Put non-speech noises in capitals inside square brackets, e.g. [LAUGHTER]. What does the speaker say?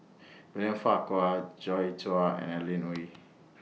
William Farquhar Joi Chua and Adeline Ooi [NOISE]